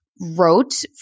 wrote